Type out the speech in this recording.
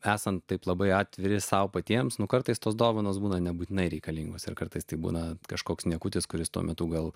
esant taip labai atviri sau patiems kartais tos dovanos būna nebūtinai reikalingos ir kartais tai būna kažkoks niekutis kuris tuo metu gal